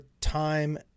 time